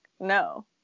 no